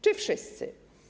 Czy wszyscy?